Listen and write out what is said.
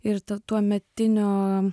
ir tuometinio